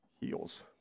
heals